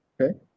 okay